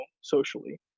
socially